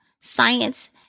science